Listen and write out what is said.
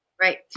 right